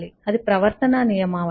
అది ప్రవర్తనా నియమావళి